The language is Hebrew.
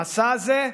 במסע הזה,